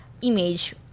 image